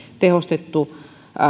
tehostettu